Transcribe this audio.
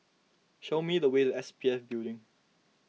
show me the way to S P F Building